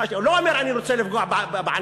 הוא לא אומר: אני רוצה לפגוע בעניים,